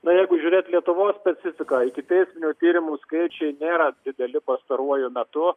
na jeigu žiūrėt lietuvos specifiką ikiteisminių tyrimų skaičiai nėra dideli pastaruoju metu